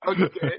Okay